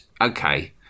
okay